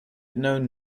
known